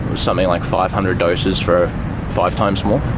something like five hundred doses for five times more.